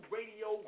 Radio